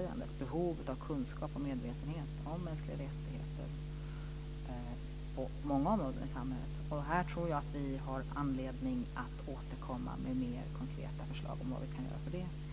gäller behovet av kunskap och medvetenhet om mänskliga rättigheter, och det gäller då på många områden i samhället. Där tror jag att vi har anledning att återkomma med mer konkreta förslag till åtgärder.